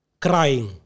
crying